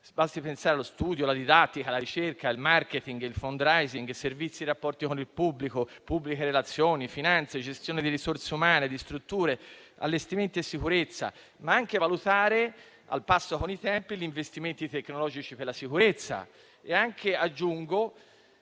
(basti pensare allo studio, alla didattica, alla ricerca, al *marketing*, al *fundraising*, ai servizi e ai rapporti con il pubblico, alle pubbliche relazioni, alle finanze e alla gestione di risorse umane, di strutture, di allestimenti e sicurezza), tra cui anche la valutazione, al passo con i tempi, degli investimenti tecnologici per la sicurezza